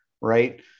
right